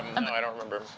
um no, i don't remember.